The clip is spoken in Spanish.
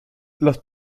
las